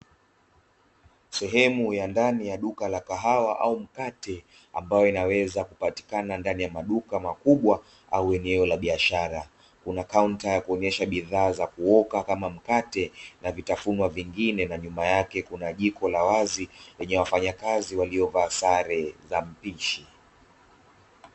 Sehemu ya ndani ya duka la kahawa au mkate ambayo inaweza kupatikana ndani ya makubwa au eneo la biashara, kuna kaunta la kuonesha bidhaa za kuoka kama mkate, na vitafunwa vingine na nyuma yake kuna jiko la wazi lenye wafanyakazi waliovaa sare za mpishi.